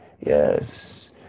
yes